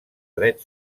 dret